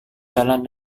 jalan